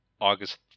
august